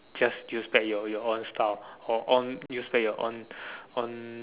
just use back your your own style or own use back your own own